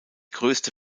größte